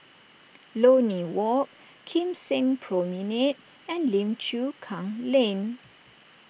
Lornie Walk Kim Seng Promenade and Lim Chu Kang Lane